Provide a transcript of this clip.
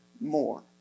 more